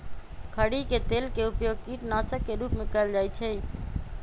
खरी के तेल के उपयोग कीटनाशक के रूप में कएल जाइ छइ